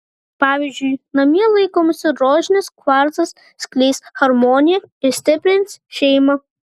pavyzdžiui namie laikomas rožinis kvarcas skleis harmoniją ir stiprins šeimą